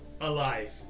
alive